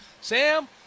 Sam